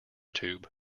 tube